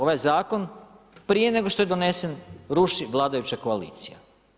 Ovaj zakon, prije nego što je donesen, ruši vladajuća koalicija.